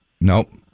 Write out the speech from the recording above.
Nope